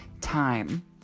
time